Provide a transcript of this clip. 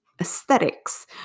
aesthetics